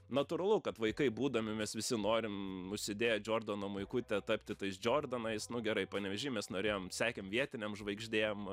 natūralu kad vaikai būdami mes visi norim užsidėję džordono maikutę tapti tais džordonais nu gerai panevėžy mes norėjom sekėm vietinėm žvaigždėm